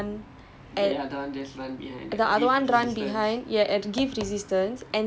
and then the other person will be on the other end so one person must run